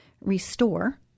restore